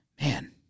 Man